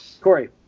Corey